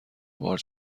بار